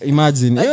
Imagine